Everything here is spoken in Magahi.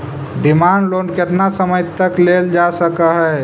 डिमांड लोन केतना समय तक लेल जा सकऽ हई